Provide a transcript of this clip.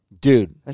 Dude